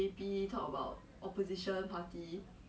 !huh! like 他跟你们讲